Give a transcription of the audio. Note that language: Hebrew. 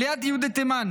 עליית יהודי תימן